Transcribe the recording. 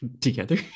together